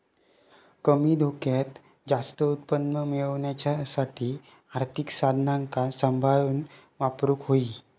कमी धोक्यात जास्त उत्पन्न मेळवच्यासाठी आर्थिक साधनांका सांभाळून वापरूक होई